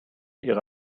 ihre